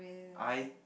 I